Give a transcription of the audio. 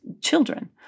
children